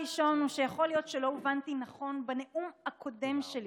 וזה יכול היה לעבור בתקנות שאתה חייב להעביר,